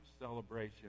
celebration